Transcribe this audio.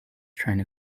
trying